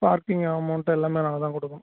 parking amount எல்லாமே நாங்கள் தான் கொடுக்கணும்